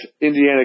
Indiana